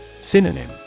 Synonym